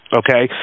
okay